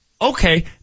Okay